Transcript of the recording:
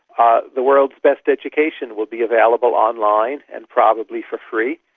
ah the world's best education will be available online and probably for free.